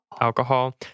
Alcohol